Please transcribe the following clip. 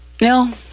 No